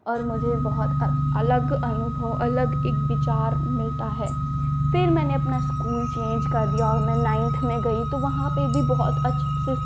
और मुझे एक अलग अनुभव अलग एक विचार मिलता है फिर मैंने अपना स्कूल चेन्ज कर दिया मैंने नाइन्थ में गई तो वहाँ पर भी बहुत अच्छे